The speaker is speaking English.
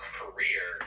career